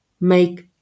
make